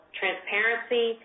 transparency